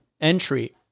entry